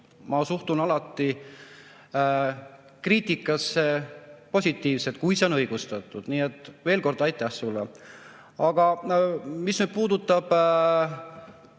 Ma suhtun alati kriitikasse positiivselt, kui see on õigustatud. Nii et veel kord aitäh sulle! Aga mis puudutab